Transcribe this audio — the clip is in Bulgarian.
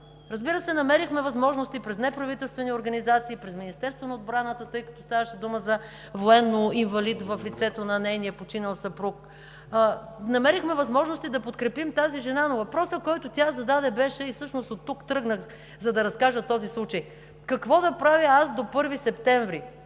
целите на публичната работа. През неправителствени организации, през Министерство на отбраната, тъй като ставаше дума за военноинвалид в лицето на нейния починал съпруг, намерихме възможности да подкрепим тази жена, но въпросът, който тя зададе, беше, и всъщност от него тръгнах, за да разкажа този случай: „Какво да правя аз до 1 септември?